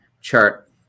chart